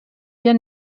hier